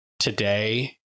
today